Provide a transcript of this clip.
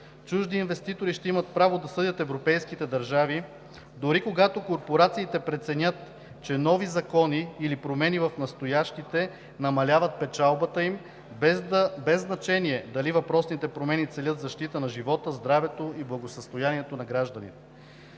чужди инвеститори ще имат право да съдят европейските държави дори когато корпорациите преценят, че нови закони или промени в настоящите намаляват печалбата им, без значение дали въпросните промени целят защита на живота, здравето и благосъстоянието на гражданите.